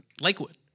Lakewood